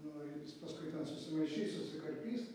nu jis paskui ten susimaišys susikarpys